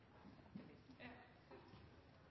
er